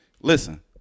listen